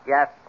Yes